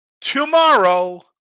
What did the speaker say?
tomorrow